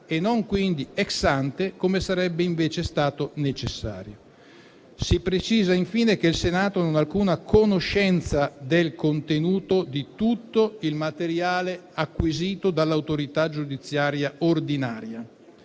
e non quindi *ex ante*, come sarebbe stato invece necessario. Si precisa infine che il Senato non ha alcuna conoscenza del contenuto di tutto il materiale acquisito dall'autorità giudiziaria ordinaria.